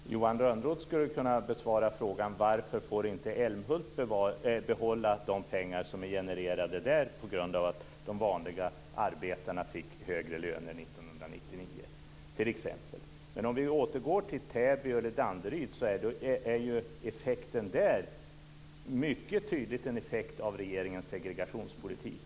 Fru talman! Johan Lönnroth skulle kunna besvara frågan: Varför får inte Älmhult behålla de pengar som är genererade där på grund av att de vanliga arbetarna fick högre lön 1999? Om vi återgår till Täby och Danderyd vill jag säga att effekten där mycket tydligt är en effekt av regeringens segregationspolitik.